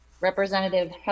Representative